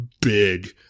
big